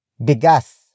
Bigas